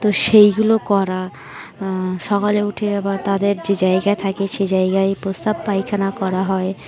তো সেইগুলো করা সকালে উঠে আবার তাদের যে জায়গা থাকে সে জায়গায় প্রসাব পায়খানা করা হয়